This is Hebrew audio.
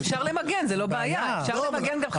אפשר למגן, זה לא בעיה, אפשר למגן גם חדר קיים.